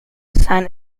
sein